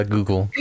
Google